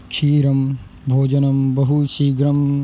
क्षीरं भोजनं बहु शीघ्रम्